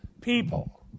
people